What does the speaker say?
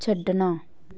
ਛੱਡਣਾ